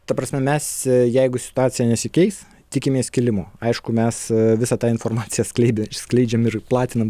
ta prasme mes jeigu situacija nesikeis tikimės kilimo aišku mes visą tą informaciją skleidė ir skleidžiam ir platinam